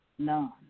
none